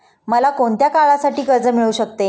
मला कोणत्या काळासाठी कर्ज मिळू शकते?